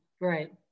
right